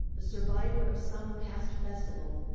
the survivor of some past festival,